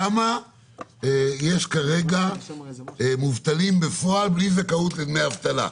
כמה יש כרגע מובטלים בפועל בלי זכאות לדמי אבטלה?